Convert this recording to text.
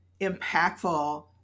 impactful